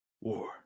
war